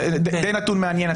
זה נתון מעניין.